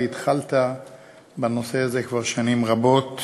והתחלת לעסוק בנושא הזה כבר לפני שנים רבות,